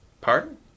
Pardon